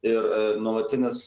ir nuolatinis